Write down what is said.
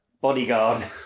Bodyguard